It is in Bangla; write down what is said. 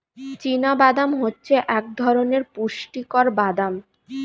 চীনা বাদাম হচ্ছে এক ধরণের পুষ্টিকর বাদাম